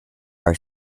our